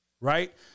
right